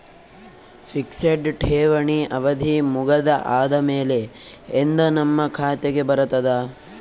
Fixed ಠೇವಣಿ ಅವಧಿ ಮುಗದ ಆದಮೇಲೆ ಎಂದ ನಮ್ಮ ಖಾತೆಗೆ ಬರತದ?